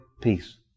peace